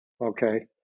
okay